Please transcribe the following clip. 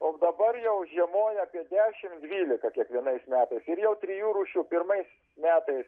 o dabar jau žiemoja apie dešim dvylika kiekvienais metais ir jau trijų rūšių pirmais metais